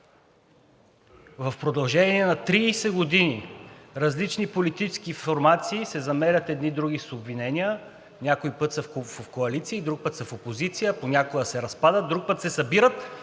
В продължение на 30 години различни политически формации се замерят едни други с обвинения, някой път са в коалиции, друг път са в опозиция, понякога се разпадат, а друг път се събират,